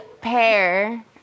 pair